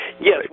yes